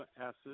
acid